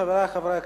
חברי חברי הכנסת,